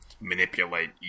manipulate